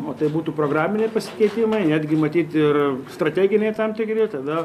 o tai būtų programiniai pasikeitimai netgi matyt ir strateginiai tam tikri tada